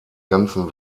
ganzen